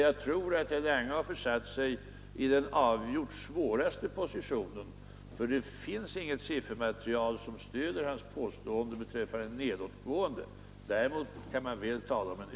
Jag tror dock att herr Lange försatt sig i den avgjort svåraste positionen, för det finns inget siffermaterial som stöder hans uppfattning beträffande nedåtgående. Däremot kan man tala om en utflackning.